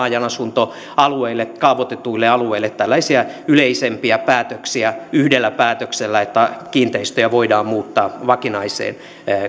ajanasuntoalueille kaavoitetuille alueille tällaisia yleisempiä päätöksiä yhdellä päätöksellä että kiinteistöjä voidaan muuttaa vakinaiseen